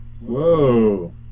Whoa